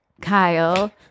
Kyle